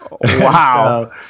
Wow